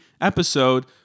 episode